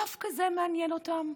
דווקא זה מעניין אותם?